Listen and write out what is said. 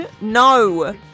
No